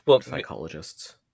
psychologists